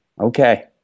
Okay